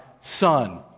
son